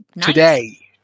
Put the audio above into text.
today